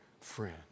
friend